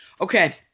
Okay